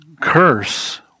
curse